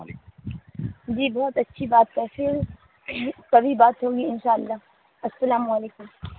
جی بہت اچھی بات ہے پھر کبھی بات ہوگی ان شاء اللہ السلام علیکم